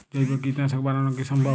জৈব কীটনাশক বানানো কি সম্ভব?